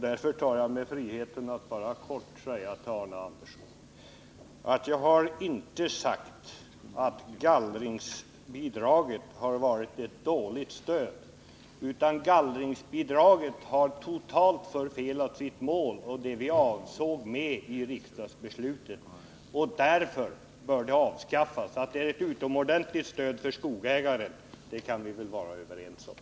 Därför tar jag mig friheten att säga helt kort att jag inte har sagt att gallringsbidraget varit ett dåligt stöd. Gallringsbidraget har totalt förfelat sitt mål och det vi avsåg med riksdagsbeslutet. Därför bör det avskaffas. Vi kan vara överens om att det är ett utomordentligt stöd för skogsägare.